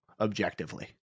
Objectively